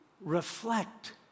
reflect